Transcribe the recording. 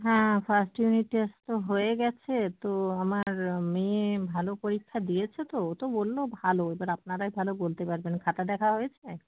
হ্যাঁ first unit test তো হয়ে গেছে তো আমার মেয়ে ভালো পরীক্ষা দিয়েছে তো ও তো বললো ভালো এবার আপনারাই ভালো বলতে পারবেন খাতা দেখা হয়েছে